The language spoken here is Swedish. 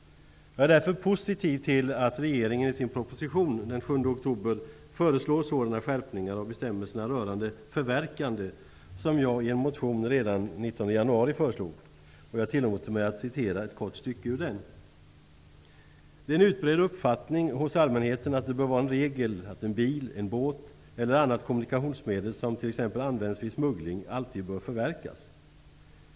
Jag är därför positiv till att regeringen i sin proposition från den 7 oktober föreslår sålunda skärpningar av bestämmelserna rörande förverkande. Jag föreslog detta redan den 19 januari i en motion. I min motion hävdar jag att det är en utbredd uppfattning hos allmänheten att det bör vara regel att en bil, en båt eller annat kommunikationsmedel som används vid smuggling alltid bör förverkas.